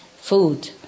food